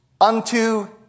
unto